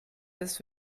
bis